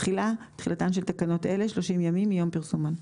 תחילה תחילתן של תקנות אלה 30 ימים מיום פרסומן.